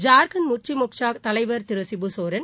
ஜார்க்கண்ட் முக்தி மோர்ச்சா தலைவர் திரு சிபுசோரன்